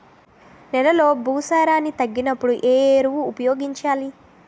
నెలలో భూసారాన్ని తగ్గినప్పుడు, ఏ ఎరువులు ఉపయోగించాలి?